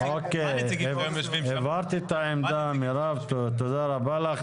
אוקיי, הבהרת את העמדה, מירב, תודה רבה לך.